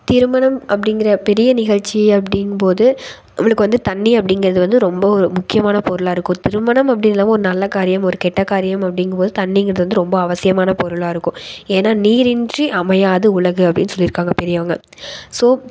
திருமணம் அப்படிங்கிற பெரிய நிகழ்ச்சி அப்படிங்கும் போது நம்மளுக்கு வந்து தண்ணி அப்படிங்கிறது வந்து ரொம்ப ஒரு முக்கியமான பொருளாக இருக்கும் திருமணம் அப்படின்னு இல்லை ஒரு நல்ல காரியம் ஒரு கெட்ட காரியம் அப்படிங்கும் போது தண்ணிங்கிறது வந்து ரொம்ப அவசியமான பொருளாக இருக்கும் ஏன்னா நீரின்றி அமையாது உலகு அப்படின்னு சொல்லியிருக்காங்க பெரியவங்க ஸோ